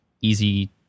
easy